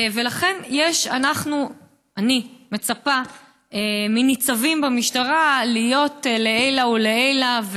ולכן אני מצפה מניצבים במשטרה להיות לעילא ולעילא,